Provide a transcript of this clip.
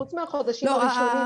חוץ מהחודשים הראשונים.